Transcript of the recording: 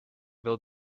will